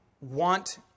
want